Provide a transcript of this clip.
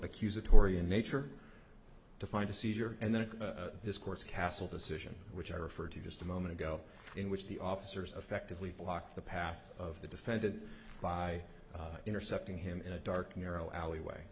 accusatory in nature to find a seizure and then this court's castle decision which i referred to just a moment ago in which the officers affectively blocked the path of the defendant by intercepting him in a dark narrow alleyway